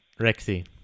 Rexy